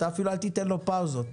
אל תיתן לו פאוזות.